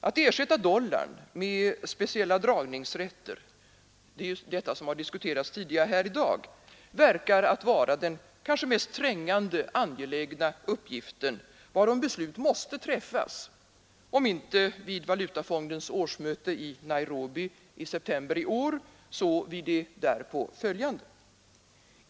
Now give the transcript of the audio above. Att ersätta dollarn med speciella dragningsrätter — det är ju detta som har diskuterats tidigare här i dag — verkar att vara den kanske mest trängande angelägna uppgiften, varom beslut måste träffas, om inte vid Valutafondens årsmöte i Nairobi i september i år så vid det därpå följande.